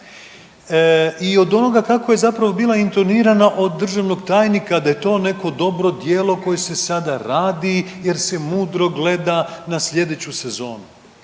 i od onoga kako je zapravo bila intonirana od državnog tajnika da je to neko dobro djelo koje se sada radi jer se mudro gleda na slijedeću sezonu.